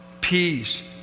peace